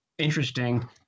interesting